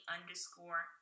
underscore